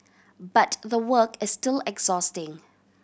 but the work is still exhausting